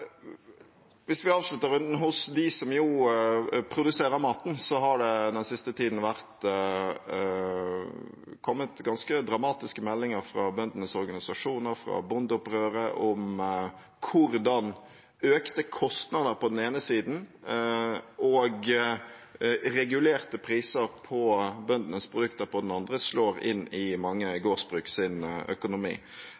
Hvis vi avslutter runden hos dem som jo produserer maten, har det den siste tiden kommet ganske dramatiske meldinger fra bøndenes organisasjoner, fra bondeopprøret, om hvordan økte kostnader på den ene siden og regulerte priser på bøndenes produkter på den andre slår inn i mange